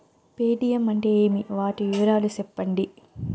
Paytm అంటే ఏమి, వాటి వివరాలు సెప్పండి?